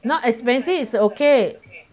not expensive is okay